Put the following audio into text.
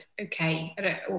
okay